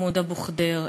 מוחמד אבו ח'דיר,